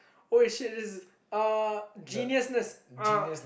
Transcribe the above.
holy shit this is uh genuineness uh